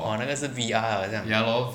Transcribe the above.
哦那个是 V_R 了好像